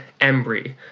Embry